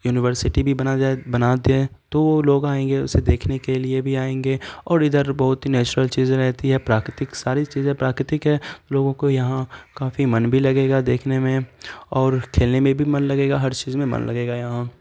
university بھی بنا بنا دیں تو لوگ آئیں گے اسے دیکھنے کے لیے بھی آئیں گے اور ادھر بہت ہی نیچرل چیزیں رہتی ہیں پراکرتک ساری چیزیں پراکرتک ہیں لوگوں کو یہاں کافی من بھی لگے گا دیکھنے میں اور کھیلنے میں بھی من لگے گا ہر چیز میں من لگے گا یہاں